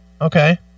Okay